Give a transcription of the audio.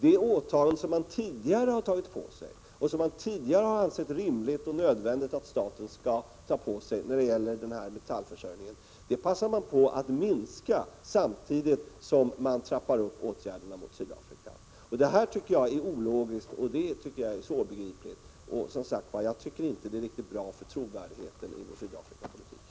Det åtagande som man tidigare har tagit på sig, och som man tidigare har ansett rimligt och nödvändigt att staten skall ta på sig när det gäller denna metallförsörjning, passar man på att minska samtidigt som åtgärderna mot Sydafrika trappas upp. Det tycker jag är ologiskt och svårbegripligt. Jag tycker, som sagt var, inte att det är riktigt bra för trovärdigheten i vår Sydafrikapolitik.